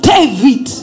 David